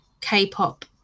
k-pop